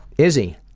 izzy,